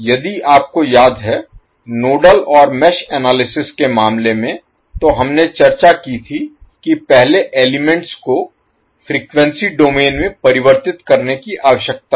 यदि आपको याद है नोडल और मेष एनालिसिस विश्लेषण Analysis के मामले में तो हमने चर्चा की थी कि पहले एलिमेंट्स को फ्रीक्वेंसी डोमेन में परिवर्तित करने की आवश्यकता है